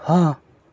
હા